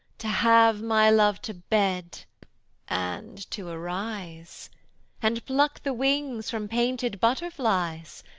to have my love to bed and to arise and pluck the wings from painted butterflies,